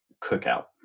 cookout